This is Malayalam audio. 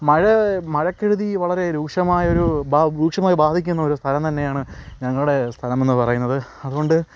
മഴ മഴക്കെടുതി വളരെ രൂക്ഷമായൊരു ബാ രൂക്ഷമായി ബാധിക്കുന്ന ഒരു സ്ഥലം തന്നെയാണ് ഞങ്ങളുടെ സ്ഥലം എന്ന് പറയുന്നത് അതുകൊണ്ട്